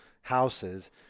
houses